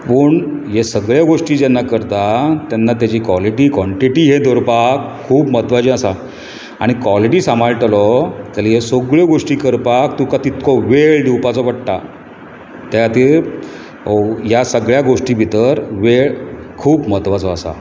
पूण हे सगळे गोश्टी जेन्ना करता तेन्ना ताची कॉलिटी कॉनटिटी हे धरपाक खूब म्हत्वाचें आसा आनी कॉलिटी सांबाळटलो जाल्यार ह्यो सगळ्यो गोश्टी करपाक तुका तितको वेळ दिवचो पडटा त्या खातीर ह्या सगळ्या गोश्टी भितर वेळ खूब म्हत्वाचो आसा